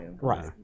Right